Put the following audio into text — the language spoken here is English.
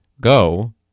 Go